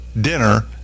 dinner